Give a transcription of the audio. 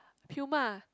Puma